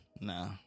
Nah